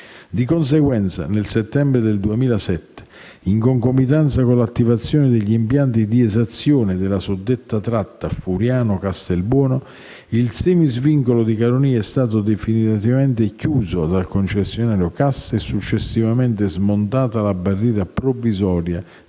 Di conseguenza, nel settembre 2007, in concomitanza con l'attivazione degli impianti di esazione della suddetta tratta Furiano-Castelbuono, il semi-svincolo di Caronia è stato definitivamente chiuso dal concessionario CAS e successivamente smontata la barriera provvisoria